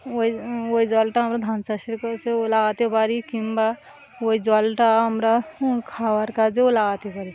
ওই ওই জলটা আমরা ধান চাষের কাজেও লাগাতে পারি কিংবা ওই জলটা আমরা খাওয়ার কাজেও লাগাতে পারি